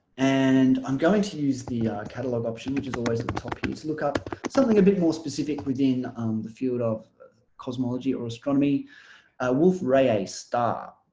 and i'm going to use the catalogue option which is always look up something a bit more specific within the field of cosmology or astronomy wolf rayet star